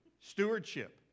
Stewardship